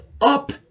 up